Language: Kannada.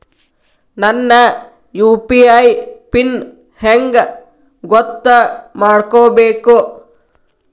ನನ್ನ ಯು.ಪಿ.ಐ ಪಿನ್ ಹೆಂಗ್ ಗೊತ್ತ ಮಾಡ್ಕೋಬೇಕು?